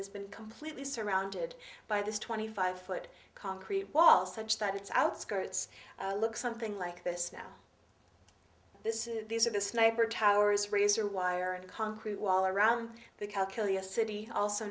has been completely surrounded by this twenty five foot concrete wall such that it's outskirts look something like this now this is these are the sniper towers razor wire a concrete wall around the qalqilya city also